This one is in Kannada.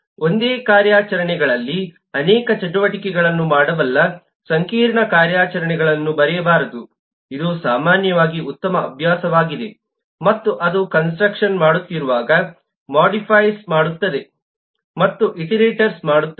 ಒಂದೇ ಕಾರ್ಯಾಚರಣೆಗಳಲ್ಲಿ ಅನೇಕ ಚಟುವಟಿಕೆಗಳನ್ನು ಮಾಡಬಲ್ಲ ಸಂಕೀರ್ಣ ಕಾರ್ಯಾಚರಣೆಗಳನ್ನು ಬರೆಯಬಾರದು ಇದು ಸಾಮಾನ್ಯವಾಗಿ ಉತ್ತಮ ಅಭ್ಯಾಸವಾಗಿದೆ ಮತ್ತು ಅದು ಕನ್ಸ್ಟ್ರಕ್ಷನ್ ಮಾಡುತ್ತಿರುವಾಗ ಮೋಡಿಫೈಸ್ ಮಾಡುತ್ತದೆ ಮತ್ತು ಇಟರೇಟ್ಸ್ ಮಾಡುತ್ತದೆ